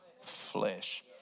flesh